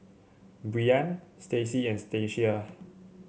Breann Stacie and Stacia